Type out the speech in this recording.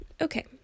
Okay